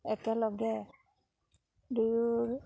একেলগে দুয়ো